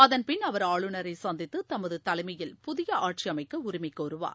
அதன்பின் அவர் ஆளுநரை சந்தித்து தமது தலைமையில் புதிய ஆட்சி அமைக்க உரிமை கோருவார்